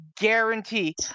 guarantee